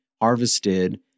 harvested